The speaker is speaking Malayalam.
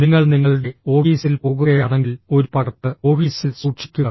നിങ്ങൾ നിങ്ങളുടെ ഓഫീസിൽ പോകുകയാണെങ്കിൽ ഒരു പകർപ്പ് ഓഫീസിൽ സൂക്ഷിക്കുക